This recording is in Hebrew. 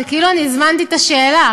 זה כאילו אני הזמנתי את השאלה.